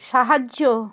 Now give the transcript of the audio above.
সাহায্য